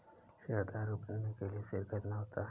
शेयरधारक बनने के लिए शेयर खरीदना होता है